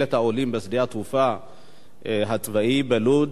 את העולים בשדה התעופה הצבאי בלוד.